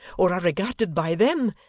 or are regarded by them,